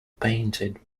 painted